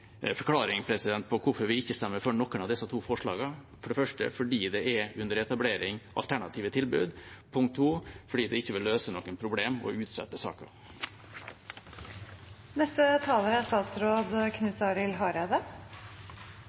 forklaring på hvorfor vi ikke stemmer for noen av disse to forslagene – for det første fordi det er alternative tilbud under etablering, og for det andre fordi det ikke vil løse noen problemer å utsette